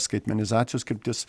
skaitmenizacijos kryptis